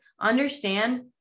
Understand